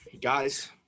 guys